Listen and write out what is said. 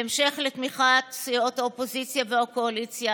בהמשך לתמיכת סיעות האופוזיציה והקואליציה,